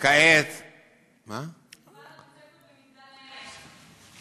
שכעת מדובר בבית-ספר במגדל-העמק.